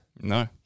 No